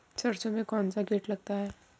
सरसों में कौनसा कीट लगता है?